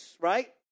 right